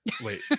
Wait